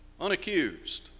unaccused